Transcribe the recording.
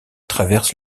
traverse